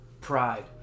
pride